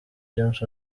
james